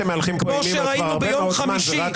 כמו שראינו ביום חמישי -- היחידים שמהלכים פה